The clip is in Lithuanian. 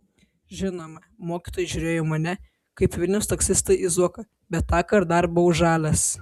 žinoma mokytojai žiūrėjo į mane kaip vilniaus taksistai į zuoką bet tąkart dar buvau žalias